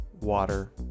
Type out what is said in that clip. water